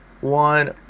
one